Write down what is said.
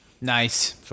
Nice